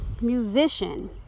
musician